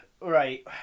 right